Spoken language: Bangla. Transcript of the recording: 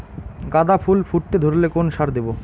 গাদা ফুল ফুটতে ধরলে কোন কোন সার দেব?